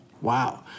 Wow